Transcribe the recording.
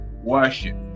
worship